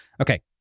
Okay